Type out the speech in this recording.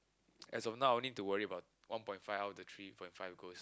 as of now I only need to worry about one point five out of the three point five goals